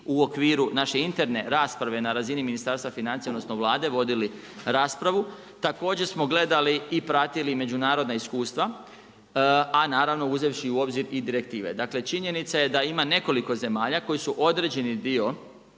u okviru naše interne rasprave na razini Ministarstva financija, odnosno Vlade vodili raspravu. Također smo gledali i pratili međunarodna iskustva, a naravno uzevši u obzir i direktive. Dakle, činjenica je da ima nekoliko zemalja koje su određeni dio